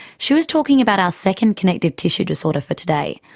she was talking about our second connective tissue disorder for today,